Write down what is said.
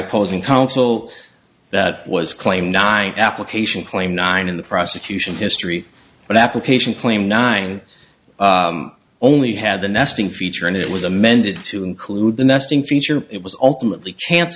opposing counsel that was claimed by application claim nine in the prosecution history but application claim nine only had the nesting feature and it was amended to include the nesting feature it was ultimately c